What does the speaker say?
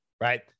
right